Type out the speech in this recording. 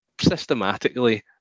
systematically